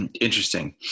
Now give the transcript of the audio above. interesting